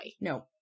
No